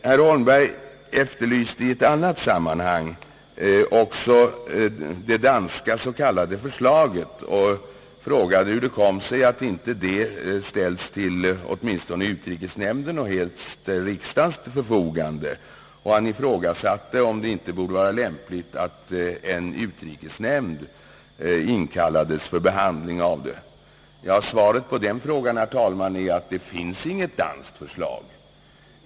Herr Holmberg efterlyste i ett annat sammanhang det s.k. danska förslaget och frågade hur det kommer sig att det inte ställts till åtminstone utrikesnämndens och helst riksdagens förfogande. Han ifrågasatte om det inte vore lämpligt att utrikesnämnden inkallades för behandling av det. Svaret på den frågan är: Det finns inget danskt förslag.